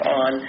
on